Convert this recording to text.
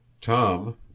tom